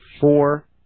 four